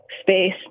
space